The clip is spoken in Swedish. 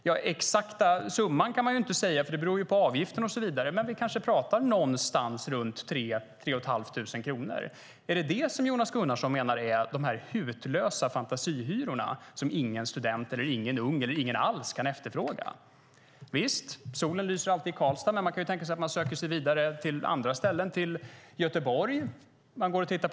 Den exakta summan kan vi inte säga, för det beror på avgiften och så vidare, men vi kanske pratar om någonstans runt 3 000-3 500 kronor. Är det detta som Jonas Gunnarsson menar är hutlösa fantasihyror som ingen student, ingen ung eller ingen alls kan efterfråga? Visst, solen lyser alltid i Karlstad, men man kan tänka sig att någon söker sig vidare till andra ställen, till Göteborg.